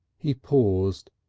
he paused,